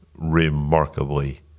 Remarkably